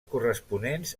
corresponents